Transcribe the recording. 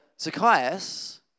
Zacchaeus